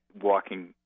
Walking